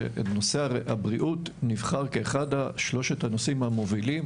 שנושא הבריאות נבחר כאחד משלושת הנושאים המובילים.